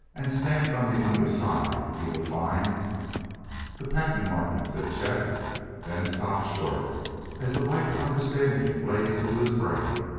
and, stamped on the under side, you will find the patent marking, said chet then stopped short as the light of understanding blazed into his brain.